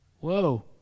whoa